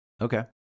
Okay